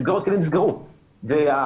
מסגרות כאלה נסגרו והעובדים,